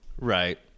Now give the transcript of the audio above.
Right